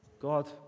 God